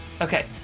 Okay